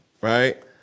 right